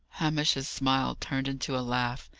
hamish's smile turned into a laugh.